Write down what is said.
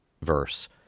verse